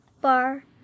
Bar